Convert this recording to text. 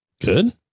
Good